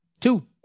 Two